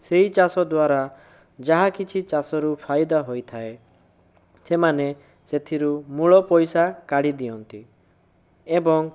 ସେହି ଚାଷ ଦ୍ୱାରା ଯାହା କିଛି ଚାଷରୁ ଫାଇଦା ହୋଇଥାଏ ସେମାନେ ସେଥିରୁ ମୂଳ ପଇସା କାଢ଼ି ଦିଅନ୍ତି ଏବଂ